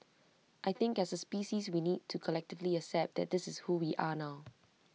I think as A species we need to collectively accept that this is who we are now